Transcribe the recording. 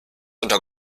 unter